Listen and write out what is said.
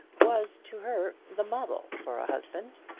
was, to her, the model for a husband.